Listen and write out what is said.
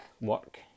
Work